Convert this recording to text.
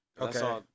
Okay